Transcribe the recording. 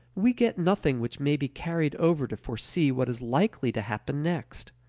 we get nothing which may be carried over to foresee what is likely to happen next,